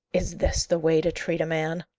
is this the way to treat a man?